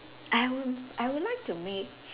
I would I would like to make